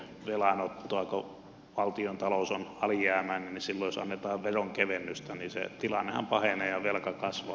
kun valtiontalous on alijäämäinen niin jos silloin annetaan veronkevennystä niin se tilannehan pahenee ja velka kasvaa